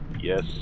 Yes